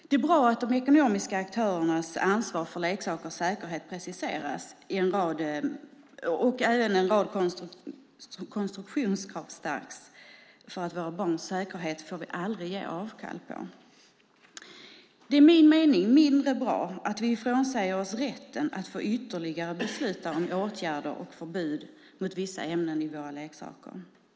Det är bra att de ekonomiska aktörernas ansvar för leksakers säkerhet preciseras och att en rad konstruktionskrav skärps, för våra barns säkerhet får vi aldrig ge avkall på. Det är enligt min mening mindre bra att vi frånsäger oss rätten att besluta om ytterligare åtgärder som förbud mot vissa ämnen i våra leksaker.